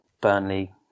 Burnley